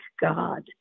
God